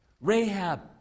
Rahab